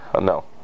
no